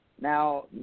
Now